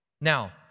Now